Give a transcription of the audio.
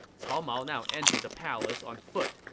cao mao now entered the palace on foot,